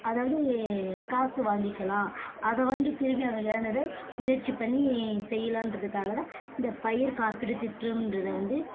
அதாவது காசு வாங்கிக்கலாம் அதை வாங்கி திருப்பி அவங்க எழந்ததை முயற்சி பண்ணி செய்யலான்றதுக்காக தான் இந்த பயிர் காப்பீடு திட்டம்ன்றதை வந்து